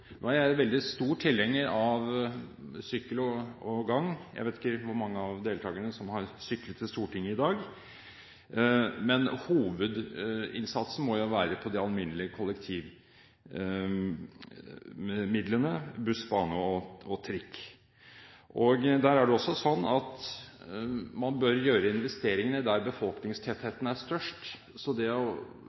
er en veldig stor tilhenger av sykkel- og gangveier – jeg vet ikke hvor mange av deltakerne her som har syklet til Stortinget i dag – men hovedinnsatsen må jo være på de alminnelige, kollektive transportmidlene; buss, bane og trikk. Der bør man også gjøre investeringene der hvor befolkningstettheten er størst. Derfor er det å